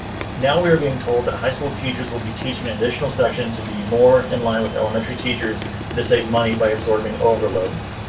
now we're being told that high school teachers will be teaching additional section to be more. in line with elementary teachers to save money by absorbing overloads,